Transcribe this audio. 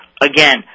again